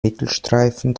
mittelstreifen